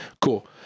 cool